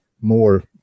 more